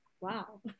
wow